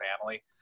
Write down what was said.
family